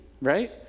right